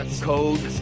code